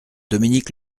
dominique